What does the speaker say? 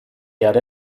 erde